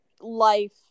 life